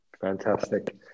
Fantastic